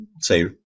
say